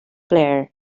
player